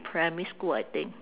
primary school I think